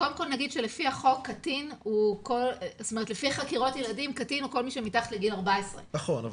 קודם כל נגיד שלפי חקירות ילדים קטין הוא כל מי שמתחת לגיל 14. נכון,